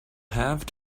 have